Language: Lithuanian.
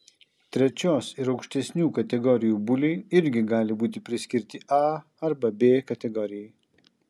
trečios ir aukštesnių kategorijų buliai irgi gali būti priskirti a arba b kategorijai